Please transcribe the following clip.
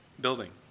building